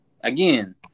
again